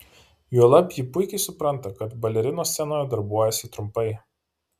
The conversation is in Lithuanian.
juolab ji puikiai supranta kad balerinos scenoje darbuojasi trumpai